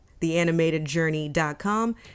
theanimatedjourney.com